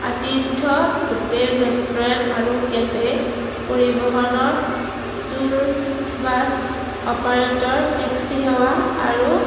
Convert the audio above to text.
আতীৰ্থ hotel restaurant আৰু cafe পৰিবহণৰ tour bus operator taxi সেৱা আৰু